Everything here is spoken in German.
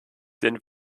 sind